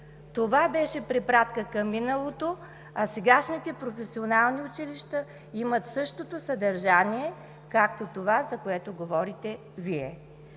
Това беше препратка към миналото, а сегашните професионални училища имат същото съдържание, както това, за което говорите Вие.